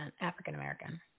African-American